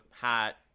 hat